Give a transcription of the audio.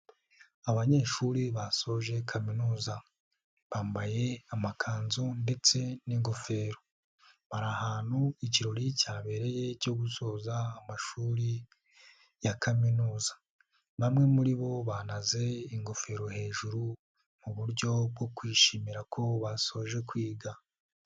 Abanyeshuri basoje kaminuza, bambaye amakanzu ndetse n'ingofero, bari ahantu ikirori cyabereye cyo gusoza amashuri ya kaminuza, bamwe muri bo banaze ingofero hejuru, muburyo bwo kwishimira ko basoje kwiga.